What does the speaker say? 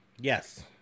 Yes